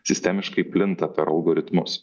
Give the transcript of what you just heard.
sistemiškai plinta per algoritmus